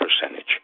percentage